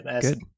Good